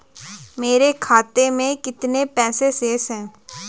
मेरे खाते में कितने पैसे शेष हैं?